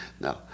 No